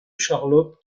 charlotte